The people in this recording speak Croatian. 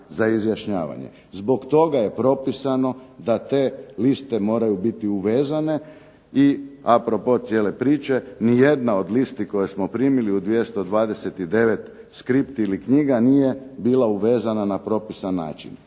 Zbog toga je propisano da te liste moraju biti uvezane i a propos nijedna od listi koje smo primili u 229 skripti ili knjiga nije bila uvezana na propisan način.